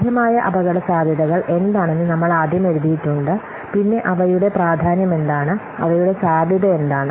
സാധ്യമായ അപകടസാധ്യതകൾ എന്താണെന്ന് നമ്മൾ ആദ്യം എഴുതിയിട്ടുണ്ട് പിന്നെ അവയുടെ പ്രാധാന്യം എന്താണ് അവയുടെ സാധ്യത എന്താണ്